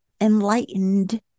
enlightened